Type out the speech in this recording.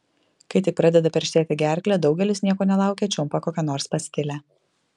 kai tik pradeda perštėti gerklę daugelis nieko nelaukę čiumpa kokią nors pastilę